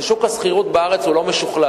והוא ששוק השכירות בארץ הוא לא משוכלל.